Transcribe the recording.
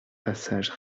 passage